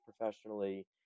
professionally